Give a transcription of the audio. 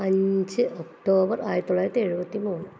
അഞ്ച് ഒക്ടോബർ ആയിരത്തി തൊള്ളായിരത്തി എഴുപത്തി മൂന്ന്